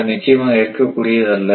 அது நிச்சயமாக ஏற்கக் கூடியதல்ல